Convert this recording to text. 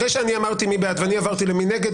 אחרי שאמרתי מי בעד ועברתי למי נגד,